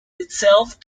itself